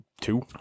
Two